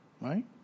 right